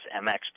MX